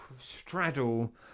straddle